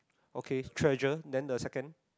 okay treasure then the second